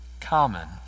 common